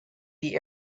the